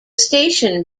station